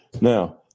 Now